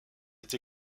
été